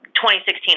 2016